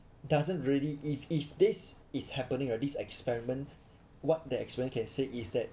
doesn't really if if this is happening this experiment what the experiment can say is that